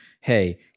Hey